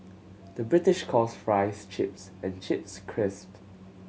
the British calls fries chips and chips crisp